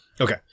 Okay